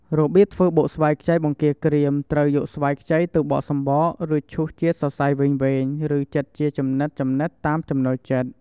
របៀបធ្វើបុកស្វាយខ្ចីបង្គាក្រៀមត្រូវយកស្វាយខ្ចីទៅបកសំបក រួចឈូសជាសរសៃវែងៗ ឬចិតជាចំណិតៗតាមចំណូលចិត្ត។